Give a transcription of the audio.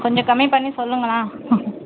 கொஞ்சம் கம்மி பண்ணி சொல்லுங்களேன்